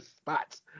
spots